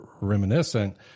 reminiscent